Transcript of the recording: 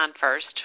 first